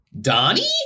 Donnie